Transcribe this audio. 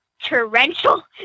torrential